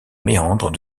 méandre